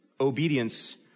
obedience